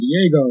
diego